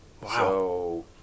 wow